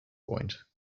point